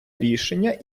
рішення